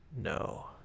no